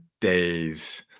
days